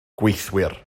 gweithwyr